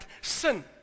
Sin